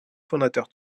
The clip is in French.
fondateur